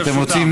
מה אתם רוצים?